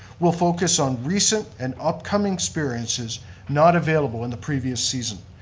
will focus on recent and upcoming experiences not available in the previous season.